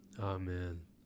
Amen